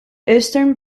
eastern